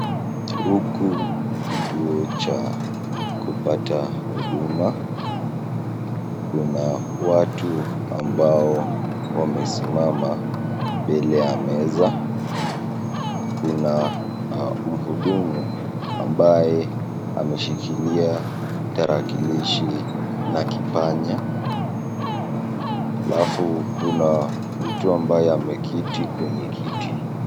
Huku ni kituo cha kupata huduma kuna watu ambao wamesimama mbel ya meza, kuna mhudumu ambaye ameshikilia tarakilishi na kipanya, alafu kuna mtu ambaye ameketi kwenye kiti.